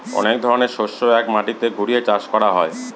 অনেক ধরনের শস্য এক মাটিতে ঘুরিয়ে চাষ করা হয়